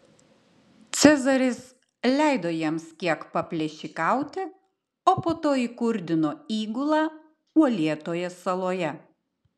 cezaris leido jiems kiek paplėšikauti o po to įkurdino įgulą uolėtoje saloje